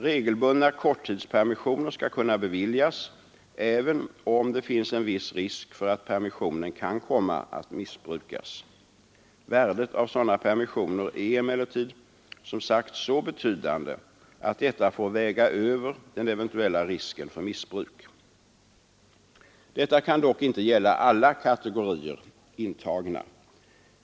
Regelbundna korttidspermissioner skall kunna beviljas även om det finns en viss risk för att permissionen kan komma att missbrukas. Värdet av sådana permissioner är emellertid som sagt så betydande att detta får väga över den eventuella risken för missbruk. Detta kan dock inte gälla alla kategorier intagna.